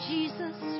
Jesus